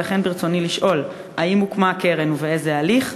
ולכן ברצוני לשאול: 1. האם הוקמה הקרן ובאיזה הליך?